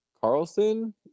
Carlson